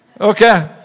Okay